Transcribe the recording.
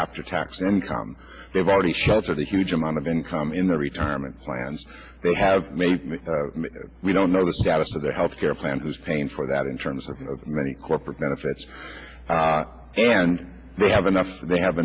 after tax income they've already shelter the huge amount of income in their retirement plans they have made we don't know the status of their health care plan who's paying for that in terms of many corporate benefits and they have enough so they have